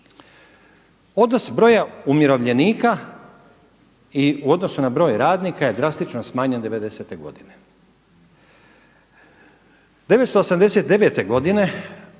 Odnos broja umirovljenika i u odnosu na broj radnika je drastično smanjen 90. te godine.